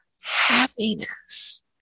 happiness